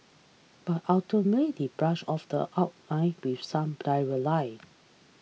but ultimately they brush off the outline with some diarrhoea lie